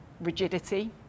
rigidity